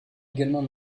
également